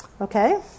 Okay